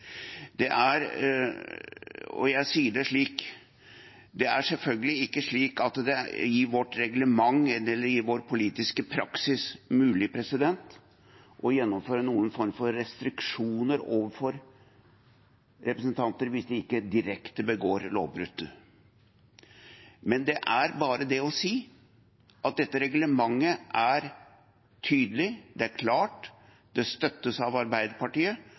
Og jeg sier det slik: Det er selvfølgelig ikke slik i vårt reglement eller i vår politiske praksis at det er mulig å gjennomføre noen form for restriksjoner overfor representanter hvis de ikke direkte begår lovbrudd. Men det er bare det å si at dette reglementet er tydelig, det er klart, det støttes av Arbeiderpartiet,